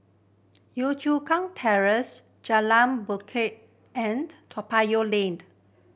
Yio Chu Kang Terrace Jalan Bingka and Toa Payoh Lane